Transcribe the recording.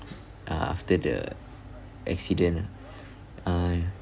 uh after the accident ah uh